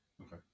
Okay